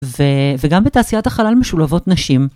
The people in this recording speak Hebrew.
וגם בתעשיית החלל משולבות נשים.